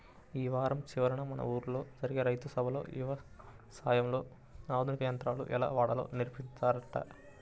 యీ వారం చివరన మన ఊల్లో జరిగే రైతు సభలో యవసాయంలో ఆధునిక యంత్రాలు ఎలా వాడాలో నేర్పిత్తారంట